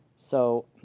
so